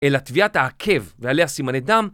אלא תביעת העקב ועליה סימני דם